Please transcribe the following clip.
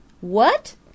What